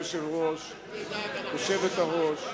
גברתי היושבת-ראש,